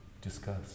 Discuss